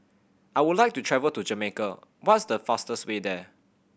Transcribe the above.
I would like to travel to Jamaica what is the fastest way there